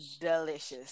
delicious